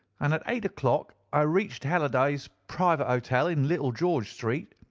and at eight o'clock i reached halliday's private hotel, in little george street.